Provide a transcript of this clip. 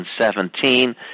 2017